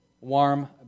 Warm